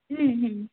ಹ್ಞೂ ಹ್ಞೂ